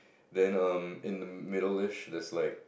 then um in middle ~ish there's like